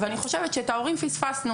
אבל אני חושבת שאת ההורים פספסנו.